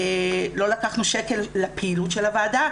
לא לקחנו שקל לפעילות הוועדה,